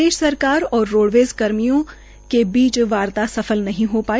प्रदेश सरकार और रोडवेज कर्मियों के बीच वातार सफल नहीं हो पाई